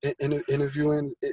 interviewing